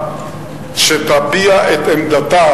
שתביע את עמדתה,